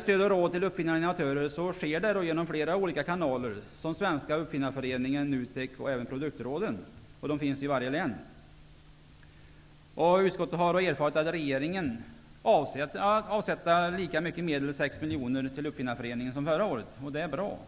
Stöd och råd till uppfinnare och innovatörer sker genom flera olika kanaler såsom Svenska Uppfinnareföreningen, NUTEK och de s.k. produktråden, som finns i varje län. Utskottet har erfarit att regeringen avser att avsätta lika mycket medel -- ca 6 miljoner -- till Uppfinnareföreningen som förra året. Det är bra.